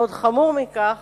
ועוד חמור מכך,